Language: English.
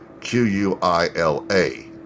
Q-U-I-L-A